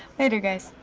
later, guys.